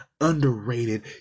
Underrated